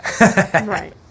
right